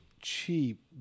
cheap